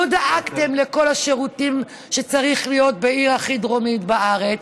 לא דאגתם לכל השירותים שצריכים להיות בעיר הכי דרומית בארץ,